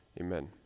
amen